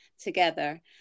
together